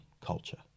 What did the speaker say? culture